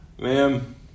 Ma'am